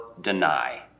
deny